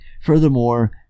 Furthermore